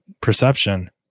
perception